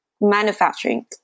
manufacturing